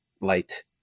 light